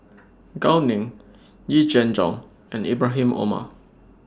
Gao Ning Yee Jenn Jong and Ibrahim Omar